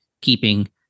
keeping